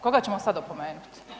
Koga ćemo sad opomenuti?